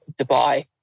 Dubai